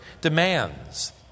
demands